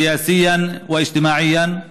פוליטית וחברתית,